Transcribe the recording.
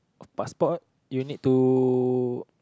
passport you need to